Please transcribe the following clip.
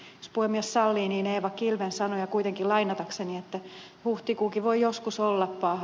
jos puhemies sallii niin eeva kilven sanoja kuitenkin lainatakseni huhtikuukin voi joskus olla paha